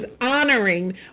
honoring